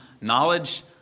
knowledge